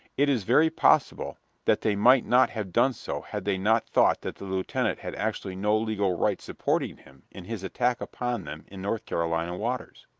it is very possible that they might not have done so had they not thought that the lieutenant had actually no legal right supporting him in his attack upon them in north carolina waters.